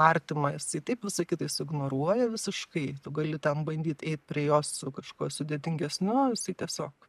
artima jisai taip visa kita jis ignoruoja visiškai tu gali ten bandyt eit prie jo su kažkuo sudėtingesniu jisai tiesiog